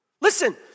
Listen